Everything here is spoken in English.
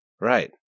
Right